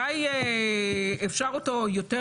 אבל היא לא אמרה כלום.